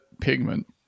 pigment